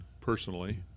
personally